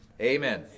Amen